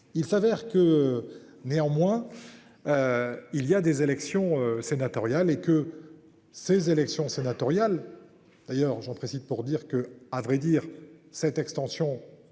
Il s'avère que néanmoins. Il y a des élections sénatoriales et que ces élections sénatoriales. D'ailleurs j'pour dire que à vrai dire, cette extension